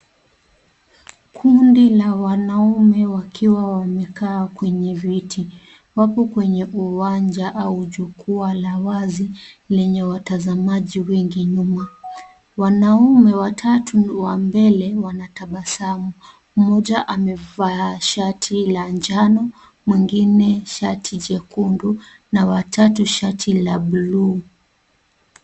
Kundi la wanaume wakiwa wamekaa kwenye viti. Wako kwenye uwanja au jukwaa la wazi lenye watazamaji wengi nyuma. Wanaume watatu wa mbele wanatabasamu, moja amevaa shati la njano, mwingine shati jekundu na wa tatu shati la buluu.